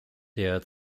der